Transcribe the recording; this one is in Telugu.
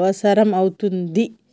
అవసరం అవుతుంది